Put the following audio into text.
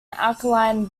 alkaline